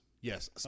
Yes